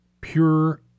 pure